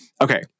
Okay